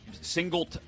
single